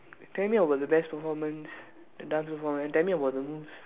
tell me about the best performance the dance performance tell me about the moves